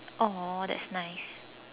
!aww! that's nice